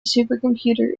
supercomputer